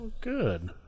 Good